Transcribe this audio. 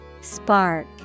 Spark